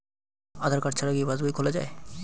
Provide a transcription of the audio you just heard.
আধার card ছাড়া কি passbook খোলা যায়?